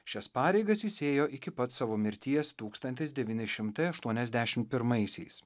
šias pareigas jis ėjo iki pat savo mirties tūkstantis devyni šimtai aštuoniasdešimt pirmaisiais